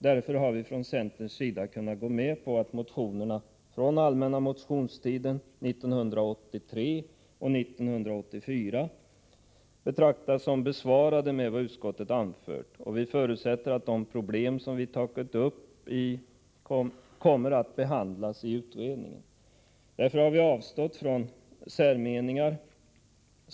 Därför har vi från centerns sida kunnat gå med på att motionerna från den allmänna motionstiden 1983 och 1984 betraktas såsom besvarade med det som utskottet anfört. Vi förutsätter att de problem som vi tagit upp kommer att behandlas i utredningen. Därför har vi avstått från att uttala särmeningar.